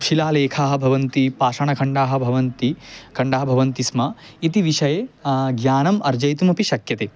शिलालेखाः भवन्ति पाषाणखण्डाः भवन्ति खण्डाः भवन्ति स्म इति विषये ज्ञानम् अर्जयितुम् अपि शक्यते